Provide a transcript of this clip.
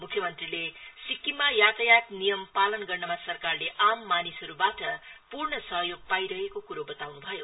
म्ख्य मंत्री सिक्किममा यातायात नियम पालन गर्नमा सरकारले आम मिनसहरूबाट पूर्ण सहयोग पाइरहेको कुरो बताउनु भयो